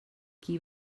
qui